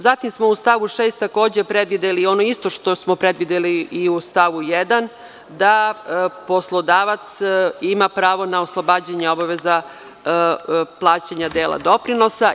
Zatim smo u stavu 6. predvideli ono isto što smo predvideli i u stavu 1. da – poslodavac ima pravo na oslobađanje obaveza plaćanja dela doprinosa.